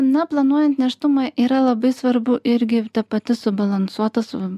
na planuojant nėštumą yra labai svarbu irgi ta pati subalansuota su